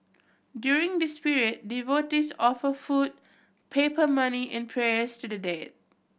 during this period devotees offer food paper money and prayers to the dead